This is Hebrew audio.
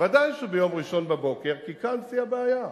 ודאי שביום ראשון בבוקר, כי כאן שיא הבעיה.